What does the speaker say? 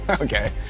Okay